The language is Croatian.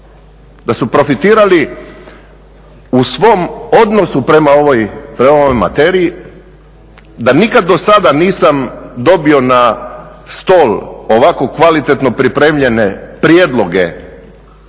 da su profitirali u svom odnosu prema ovoj materiji, da nikad do sada nisam dobio na stol ovako kvalitetno pripremljene prijedloge